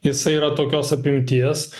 jisai yra tokios apimties